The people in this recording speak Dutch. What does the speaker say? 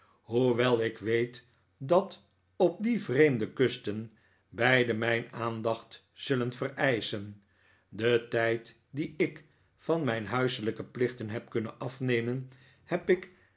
hoewel ik weet dat op die vreemde kusten beide mijn aandacht zullen vereischen den tijd dien ik van mijn huiselijke plichten heb kunnen afnemen heb ik